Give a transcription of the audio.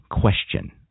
question